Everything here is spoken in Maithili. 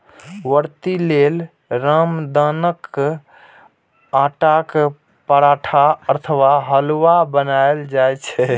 व्रती लेल रामदानाक आटाक पराठा अथवा हलुआ बनाएल जाइ छै